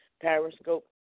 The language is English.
Periscope